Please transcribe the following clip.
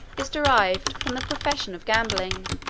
is derived from the profession of gaming,